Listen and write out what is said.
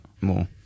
more